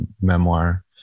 memoir